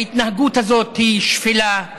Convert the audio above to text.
ההתנהגות הזאת היא שפלה,